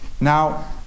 Now